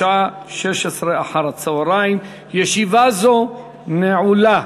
בשעה 16:00. ישיבה זו נעולה.